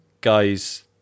guys